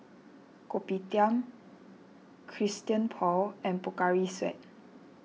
Kopitiam Christian Paul and Pocari Sweat